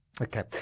Okay